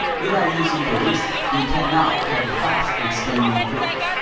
without using the wrist, you can not have a fast and spinny flick.